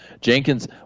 Jenkins